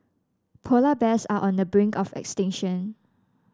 polar bears are on the brink of extinction